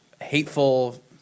hateful